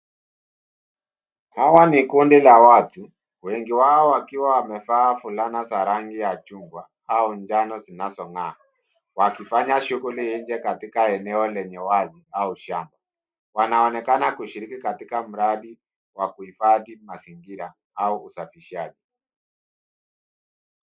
Hawa ni kundi la watu wengi wao wakiwa wamevaa fulana za rangi chungwa au njano zinazong'aa, wakifanya shughuli nje katika eneo lenye wazi au shamba. Wanaonekana kushiriki katika mradi wa kuhifadhi mazingira au usafishaji.